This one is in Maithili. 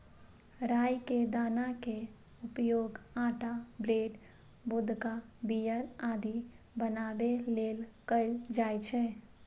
राइ के दाना के उपयोग आटा, ब्रेड, वोदका, बीयर आदि बनाबै लेल कैल जाइ छै